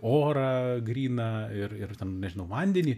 orą gryną ir ir ten nežinau vandenį